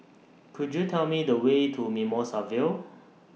Could YOU Tell Me The Way to Mimosa Vale